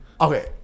Okay